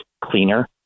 cleaner